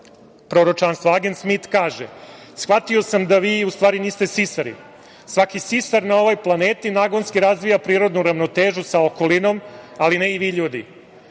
proročanstvo. Agent Smit kaže: „Shvatio sam da vi u stvari niste sisari. Svaki sisar na ovoj planeti nagonski razvija prirodnu ravnotežu sa okolinom, ali ne i vi ljudi.